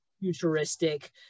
futuristic